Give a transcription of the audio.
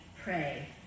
pray